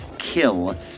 kill